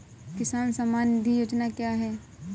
किसान सम्मान निधि योजना क्या है?